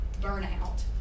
burnout